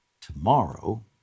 Tomorrow